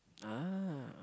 ah